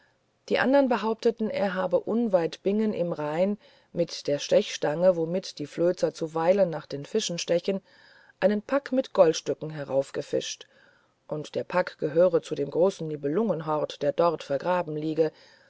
die andern behaupteten er habe unweit bingen im rhein mit der stechstange womit die flözer zuweilen nach den fischen stechen einen pack mit goldstücken heraufgefischt und der pack gehöre zu dem großen nibelungenhort der dort vergraben liegt